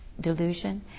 delusion